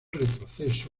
retroceso